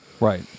Right